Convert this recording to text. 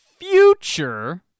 future